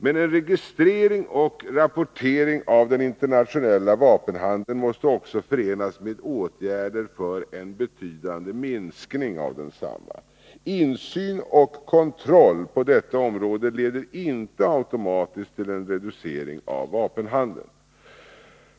Men en registrering och rapportering av den internationella vapenhandeln måste också förenas med åtgärder för en betydande minskning av densamma. Insyn och kontroll på detta område leder inte automatiskt till en reducering av vapenhandeln.